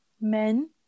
men